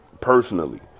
personally